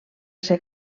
ser